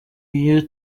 iyo